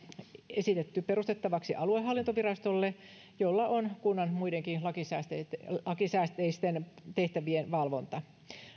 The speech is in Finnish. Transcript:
esitetty perustettavaksi aluehallintovirastolle jolla on kunnan muidenkin lakisääteisten lakisääteisten tehtävien valvonta